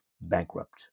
bankrupt